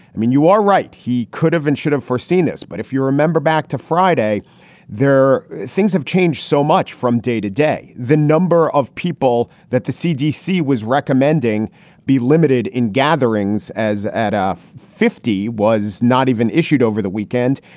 i mean, you are right. he could have and should have foreseen this. but if you remember back to friday there, things have changed so much from day to day. the number of people that the cdc was recommending be limited in gatherings as at fifty was not even issued over the weekend.